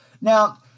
Now